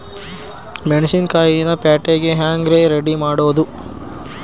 ಮೆಣಸಿನಕಾಯಿನ ಪ್ಯಾಟಿಗೆ ಹ್ಯಾಂಗ್ ರೇ ರೆಡಿಮಾಡೋದು?